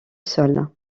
sol